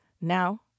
Now